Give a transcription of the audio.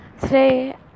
today